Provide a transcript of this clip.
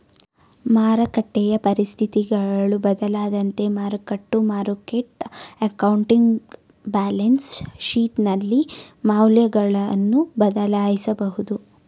ಮಾರಕಟ್ಟೆಯ ಪರಿಸ್ಥಿತಿಗಳು ಬದಲಾದಂತೆ mark to market accounting balance ಶೀಟ್ನಲ್ಲಿ ಮೌಲ್ಯಗಳನ್ನು ಬದಲಾಯಿಸಬಹುದು